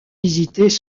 visitées